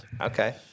Okay